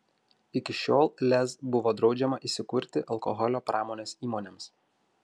iki šiol lez buvo draudžiama įsikurti alkoholio pramonės įmonėms